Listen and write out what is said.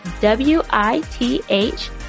W-I-T-H